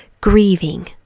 grieving